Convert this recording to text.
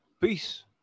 Peace